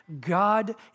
God